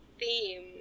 theme